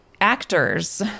actors